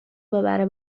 ببره